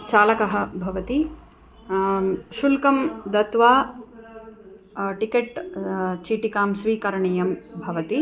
चालकः भवति शुल्कं दत्वा टिकेट् चीटिकां स्वीकरणीयं भवति